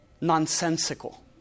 nonsensical